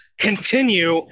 continue